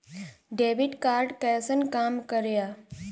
Debit card कैसन काम करेया?